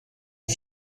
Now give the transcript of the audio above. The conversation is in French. est